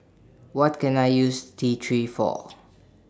What Can I use T three For